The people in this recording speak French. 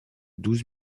douze